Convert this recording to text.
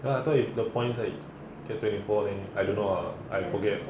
!huh! I thought if the point like get twenty four then I don't know ah I forget